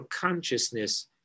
consciousness